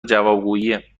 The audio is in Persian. جوابگویی